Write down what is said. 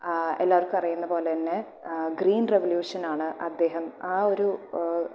എല്ലാവർക്കും അറിയുന്ന പോലന്നെ ഗ്രീൻ റെവല്യൂഷൻ ആണ് അദ്ദേഹം ആ ഒരു